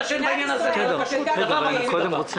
פה תחרות מי ידבר יותר נגד אלה שקונים או לא קונים?